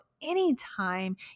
anytime